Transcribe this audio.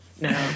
no